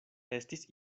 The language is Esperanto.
estis